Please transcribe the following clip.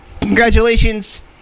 Congratulations